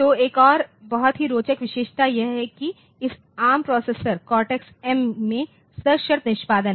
तो एक और बहुत ही रोचक विशेषता यह है कि इस एआरएम प्रोसेसर कॉर्टेक्स एम 3 में सशर्त निष्पादन है